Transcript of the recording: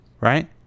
Right